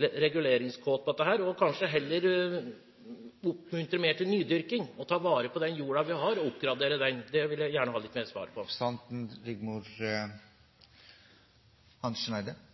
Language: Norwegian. reguleringskåt og heller oppmuntre mer til nydyrking, ta vare på den jorda vi har, og oppgradere den. Det vil jeg gjerne ha en kommentar på. Takk for rosende ord. Vi står som et sentrumsparti sammen med regjeringspartiene i ganske mye, men også sammen med Fremskrittspartiet og Høyre i en del. Representanten